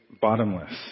bottomless